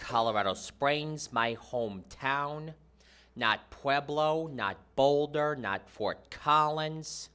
colorado springs my hometown not pueblo not boulder not fort collins